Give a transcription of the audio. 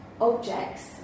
objects